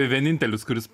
vienintelis kuris